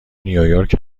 نیویورک